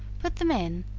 put them in,